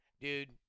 dude